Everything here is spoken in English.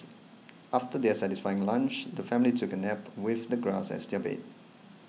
after their satisfying lunch the family took a nap with the grass as their bed